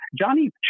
Johnny